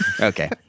Okay